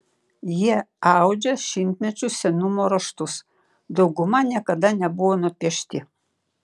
jie audžia šimtmečių senumo raštus dauguma niekada nebuvo nupiešti